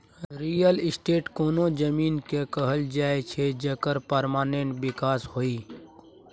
real estate कोनो जमीन केँ कहल जाइ छै जकर परमानेंट बिकास होइ